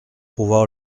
pouvoir